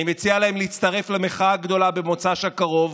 אני מציע להם להצטרף למחאה הגדולה במוצ"ש הקרוב,